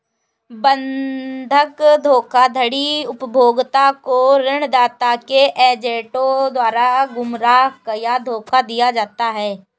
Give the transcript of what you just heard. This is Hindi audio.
बंधक धोखाधड़ी उपभोक्ता को ऋणदाता के एजेंटों द्वारा गुमराह या धोखा दिया जाता है